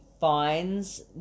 finds